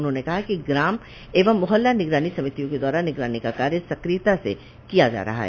उन्होंने कहा कि ग्राम एवं मोहल्ला निगरानी समितियों के द्वारा निगरानी का कार्य सक्रियता से किया जा रहा है